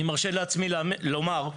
אני מרשה לעצמי לומר,